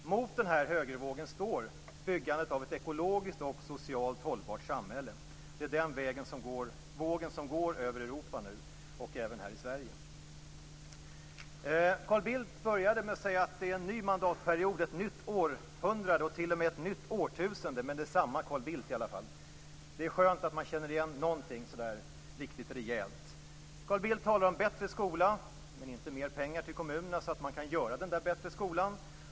Mot denna högervåg står byggandet av ett ekologiskt och socialt hållbart samhälle. Det är den vågen som nu går över Europa och även Sverige. Carl Bildt började med att säga att det är en ny mandatperiod och ett nytt århundrade och t.o.m. ett nytt årtusende. Men det är i alla fall samma Carl Bildt. Det är skönt att man känner igen något riktigt rejält. Carl Bildt talar om bättre skola, men inte om mer pengar till kommunerna så att de kan åstadkomma den där bättre skolan.